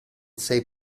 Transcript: sei